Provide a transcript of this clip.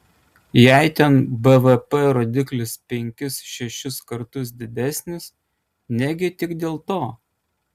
jei ten bvp rodiklis penkis šešis kartus didesnis negi tik dėl to